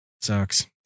sucks